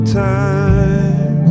time